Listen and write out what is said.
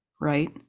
Right